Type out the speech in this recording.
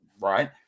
right